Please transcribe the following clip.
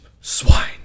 Swine